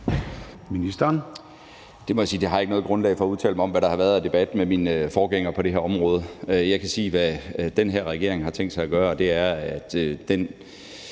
Bødskov): Jeg må sige, at jeg ikke har noget grundlag for at udtale mig om, hvad der har været af debat med min forgænger på det her område. Jeg kan sige, hvad den her regering har tænkt sig at gøre i forhold til den